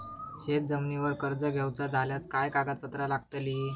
शेत जमिनीवर कर्ज घेऊचा झाल्यास काय कागदपत्र लागतली?